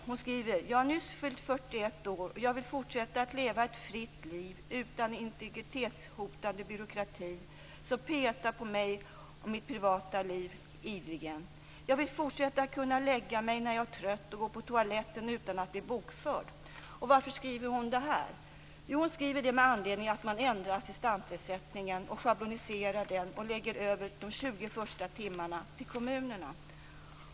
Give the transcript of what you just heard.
Hon skriver: Jag har nyss fyllt 41 år, och jag vill fortsätta att leva ett fritt liv utan integritetshotande byråkrati, som petar på mig och mitt privata liv ideligen. Jag vill fortsätta att kunna lägga mig när jag är trött och gå på toaletten utan att bli bokförd. Varför skriver hon det här? Jo, hon skriver det med anledning att man ändrar assistansersättningen, schabloniserar den och lägger över de 20 första timmarna på kommunerna.